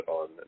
on